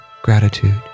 Gratitude